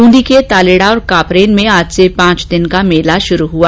बूंदी के तालेड़ा और कापरेन में आज से पांच दिन का मेला शुरू हुआ